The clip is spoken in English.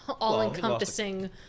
all-encompassing